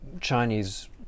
Chinese